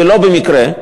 ולא במקרה,